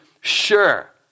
sure